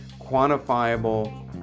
quantifiable